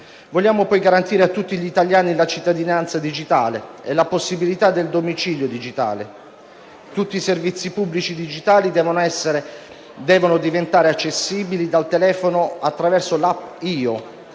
Vogliamo poi garantire a tutti gli italiani la cittadinanza digitale e la possibilità del domicilio digitale: tutti i servizi pubblici digitali devono diventare accessibili dal telefono attraverso l'*app* IO,